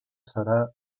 serà